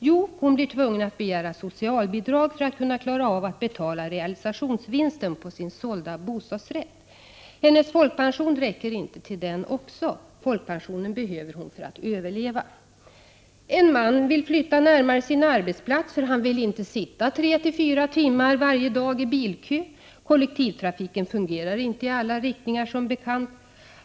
Jo, hon blir tvungen att begära socialbidrag för att kunna klara av att betala realisationsvinsten på sin sålda bostadsrätt. Hennes folkpension räcker inte till den också. Folkpensionen behöver hon för att överleva. En man vill flytta närmare sin arbetsplats, då han inte vill sitta tre till fyra timmar varje dagi bilkö. Kollektivtrafiken fungerar inte i alla riktningar, som bekant.